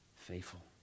faithful